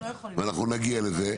ואנחנו נגיע לזה,